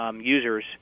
users